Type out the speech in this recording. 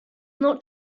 not